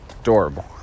Adorable